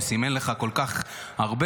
הוא סימן לך כל כך הרבה.